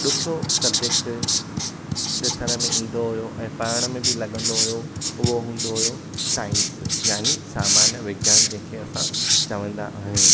ॾुखियो सबजेक्ट ॾिसण में ईंदो हुयो ऐं पढ़ण में बि लॻंदो हुओ उहो हूंदो हुओ साइन्स यानि सामान्य विज्ञान जंहिंखे असां चवंदा आहियूं